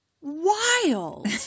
Wild